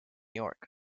york